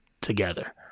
together